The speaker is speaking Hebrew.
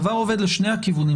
הדבר עובד לשני הכיוונים,